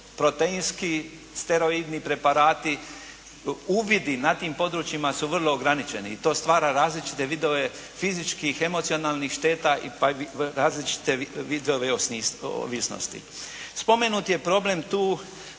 Proteinski, steroidni preparati, uvidi na tim područjima su vrlo ograničeni i to stvara različite vidove fizičkih, emocionalnih šteta pa i različite vidove ovisnosti. Spomenut je problem tu